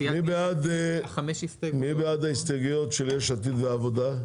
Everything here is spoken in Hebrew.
מי בעד ההסתייגויות של יש עתיד ועבודה?